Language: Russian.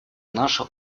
наши